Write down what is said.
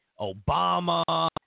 Obama